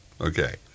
Okay